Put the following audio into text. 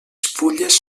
fulles